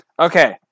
Okay